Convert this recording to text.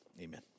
Amen